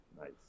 Nice